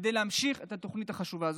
כדי להמשיך את התוכנית החשובה הזאת.